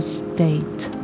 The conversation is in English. state